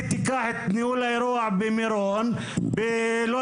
היא תיקח את ניהול האירוע במירון וכדומה.